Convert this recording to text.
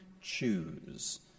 choose